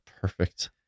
perfect